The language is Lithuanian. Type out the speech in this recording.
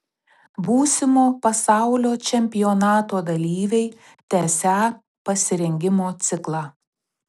būsimo pasaulio čempionato dalyviai tęsią pasirengimo ciklą